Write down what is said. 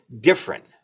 different